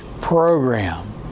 program